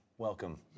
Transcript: Welcome